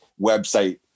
website